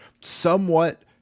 somewhat